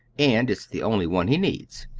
and it's the only one he needs.